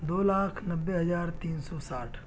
دو لاکھ نوّے ہزار تین سو ساٹھ